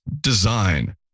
Design